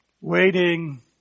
Waiting